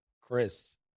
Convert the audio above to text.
Chris